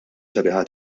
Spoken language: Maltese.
sabiħa